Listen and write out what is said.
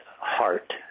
heart